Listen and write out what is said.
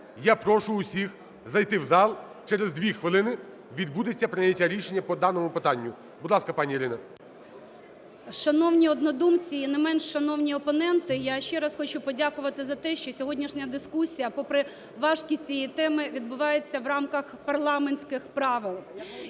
Я прошу всіх зайти в зал, через дві хвилини відбудеться прийняття рішення по даному питанню. Будь ласка, пані Ірина. 11:09:05 ГЕРАЩЕНКО І.В. Шановні однодумці і не менш шановні опоненти, я ще раз хочу подякувати за те, що сьогоднішня дискусія, попри важкість цієї теми, відбувається в рамках парламентських правил.